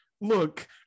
Look